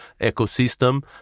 ecosystem